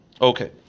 Okay